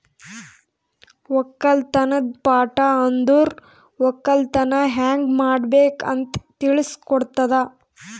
ಒಕ್ಕಲತನದ್ ಪಾಠ ಅಂದುರ್ ಒಕ್ಕಲತನ ಹ್ಯಂಗ್ ಮಾಡ್ಬೇಕ್ ಅಂತ್ ತಿಳುಸ್ ಕೊಡುತದ